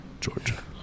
Georgia